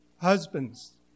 Husbands